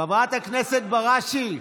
חברת הכנסת בראשי,